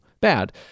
bad